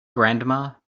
grandma